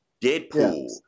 deadpool